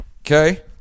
okay